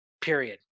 Period